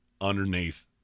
underneath